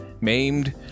maimed